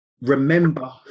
Remember